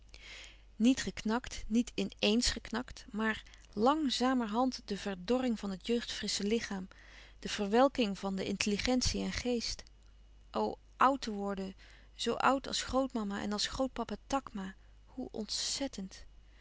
niet geknakt niet in éens geknakt maar làngzàmerhand de verdorring van het jeugdfrissche lichaam de verwelking van de intelligentie en geest o oud te worden zoo oud als grootmama en als grootpapa takma hoe ontzettend